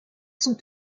sont